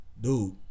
dude